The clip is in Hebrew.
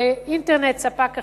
באינטרט ספק אחר,